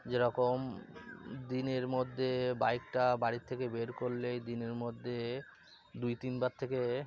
যেরকম দিনের মধ্যে বাইকটা বাড়ির থেকে বের করলেই দিনের মধ্যে দুই তিনবার থেকে